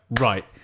right